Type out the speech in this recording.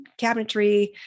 cabinetry